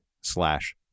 slash